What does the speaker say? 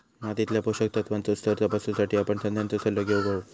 मातीतल्या पोषक तत्त्वांचो स्तर तपासुसाठी आपण तज्ञांचो सल्लो घेउक हवो